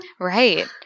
Right